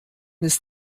ist